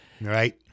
Right